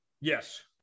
Yes